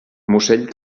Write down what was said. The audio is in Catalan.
musell